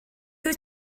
wyt